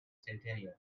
centennial